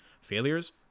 Failures